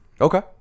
Okay